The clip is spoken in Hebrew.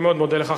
אני מאוד מודה לך.